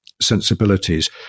sensibilities